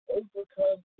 overcome